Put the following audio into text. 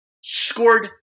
scored